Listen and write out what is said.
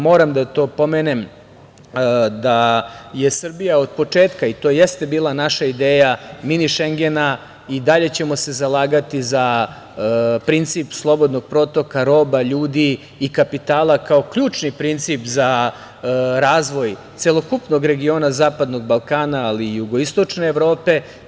Moram da pomenem da je Srbija od početka, i to jeste bila naša ideja „mini Šengena“, i dalje ćemo se zalagati za princip slobodnog protoka roba, ljudi i kapitala, kao ključni princip za razvoj celokupnog regiona zapadnog Balkana, ali i jugoistočne Evrope.